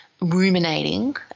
ruminating